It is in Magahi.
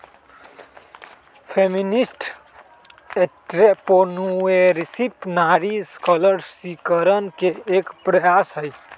फेमिनिस्ट एंट्रेप्रेनुएरशिप नारी सशक्तिकरण के एक प्रयास हई